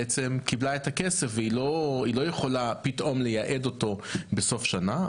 בעצם קיבלה את הכסף והיא לא יכולה פתאום ליעד אותו בסוף שנה.